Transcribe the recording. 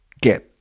get